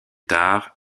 tard